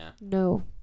No